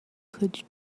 could